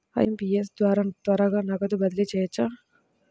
IMPS ద్వారా త్వరగా నగదు బదిలీ చేయవచ్చునా?